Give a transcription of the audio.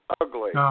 ugly